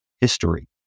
history